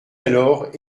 alors